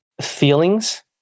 feelings